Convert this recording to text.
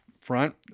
front